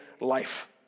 life